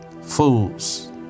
Fools